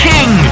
King